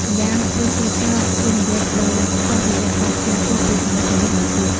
ម្យ៉ាងវិញទៀតការវិនិយោគលើសម្ភារៈបរិក្ខារ គឺជាចំណុចគន្លឹះមួយទៀត។